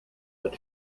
but